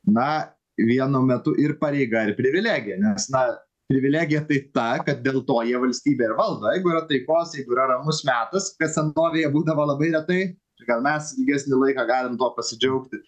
na vienu metu ir pareiga ir privilegija nes na privilegija tai ta kad dėl to jie valstybę ir valdo jeigu yra taikos jeigu yra ramus metas kas senovėje būdavo labai retai ir gal mes ilgesnį laiką galim tuo pasidžiaugti